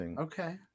Okay